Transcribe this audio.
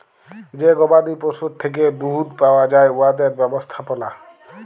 যে গবাদি পশুর থ্যাকে দুহুদ পাউয়া যায় উয়াদের ব্যবস্থাপলা